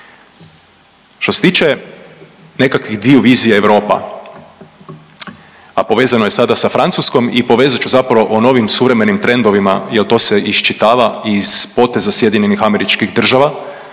Što se tiče nekakvih dviju vizija Europa, a povezano je sada sa Francuskom i povezat ću zapravo o novim suvremenim trendovima, jer to se iščitava iz poteza SAD-a, da